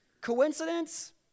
Coincidence